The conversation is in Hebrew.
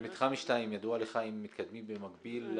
מתחם 2, ידוע לך אם מתקדמים במקביל?